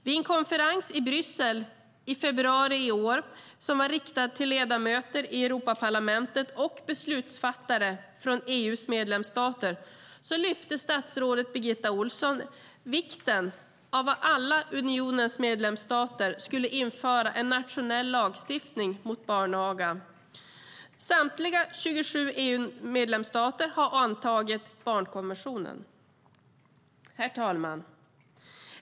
Vid en konferens, som var riktad till ledamöter i Europaparlamentet och beslutsfattare från EU:s medlemsstater, i Bryssel i februari i år lyfte statsrådet Birgitta Ohlsson upp vikten av att alla unionens medlemsstater inför en nationell lagstiftning mot barnaga. Samtliga 27 EU-medlemsstater har antagit barnkonventionen. Herr talman!